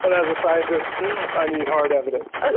but as a scientist i need hard evidence.